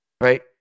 right